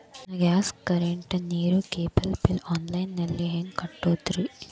ನನ್ನ gas, current, ನೇರು, cable bill online ನಲ್ಲಿ ಹೆಂಗ್ ಕಟ್ಟೋದ್ರಿ?